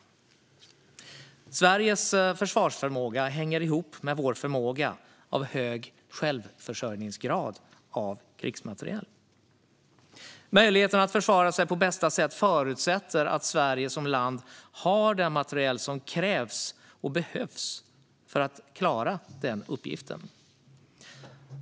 Sveriges försvarsförmåga hänger ihop med vår förmåga att ha en hög självförsörjningsgrad av krigsmateriel. Möjligheten att försvara sig på bästa sätt förutsätter att Sverige som land har den materiel som krävs och behövs för att klara den uppgiften.